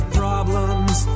problems